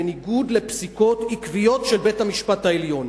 בניגוד לפסיקות עקביות של בית-המשפט העליון,